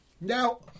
Now